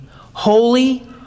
holy